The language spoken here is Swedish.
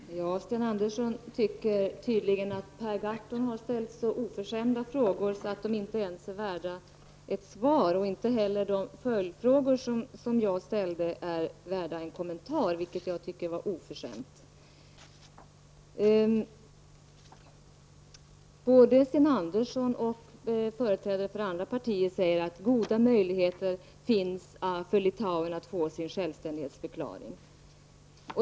Herr talman! Utrikesminister Sten Andersson tycker tydligen att Per Gahrton har ställt så oförskämda frågor att de inte ens är värda ett svar. Inte heller de följdfrågor jag ställde är värda en kommentar, vilket jag tycker är oförskämt. Både Sten Andersson och företrädare för andra partier säger att det finns goda möjligheter för litauerna att få igenom sin självständighetsförklaring.